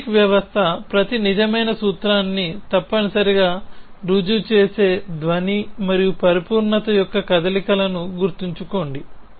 logic వ్యవస్థ ప్రతి నిజమైన సూత్రాన్ని తప్పనిసరిగా రుజువు చేసే ధ్వని మరియు పరిపూర్ణత యొక్క కదలికలను గుర్తుంచుకోండి